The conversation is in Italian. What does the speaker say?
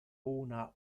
una